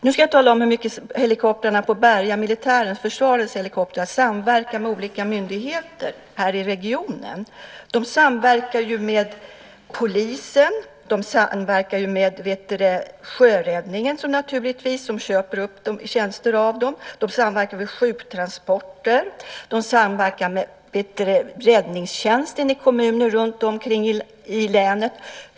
Nu ska jag tala om hur mycket helikoptrarna på Berga, försvarets helikoptrar, samverkar med olika myndigheter här i regionen. De samverkar med polisen, Sjöräddningen naturligtvis som köper upp tjänster av dem, sjuktransporter och räddningstjänsten i kommuner runtomkring i länet.